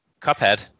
cuphead